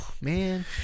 man